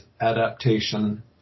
adaptation